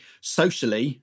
socially